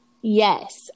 Yes